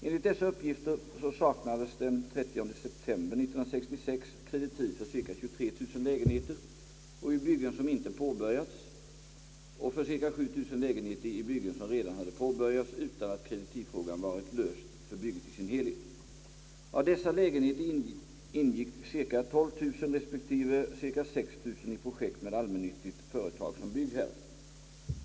Enligt dessa uppgifter saknades den 30 september 1966 kreditiv för ca 23 000 lägenheter i byggen, som inte påbörjats, och för ca 7000 lägenheter i byggen som redan hade påbörjats utan att kreditivfrågan varit löst för bygget i sin helhet. Av dessa lägenheter ingick ca 12 000 resp. ca 6 000 i projekt med allmännyttigt företag som byggherre.